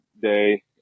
day